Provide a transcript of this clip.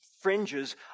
fringes